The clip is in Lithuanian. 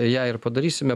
ją ir padarysime